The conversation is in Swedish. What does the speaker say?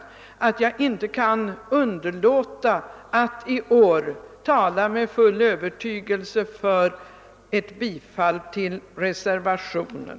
Jag har därför inte kunnat underlåta att i år med full övertygelse tala för bifall till reservationen.